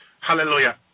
Hallelujah